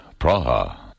Praha